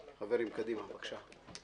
חברים, קדימה, בבקשה.